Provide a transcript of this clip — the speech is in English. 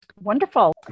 Wonderful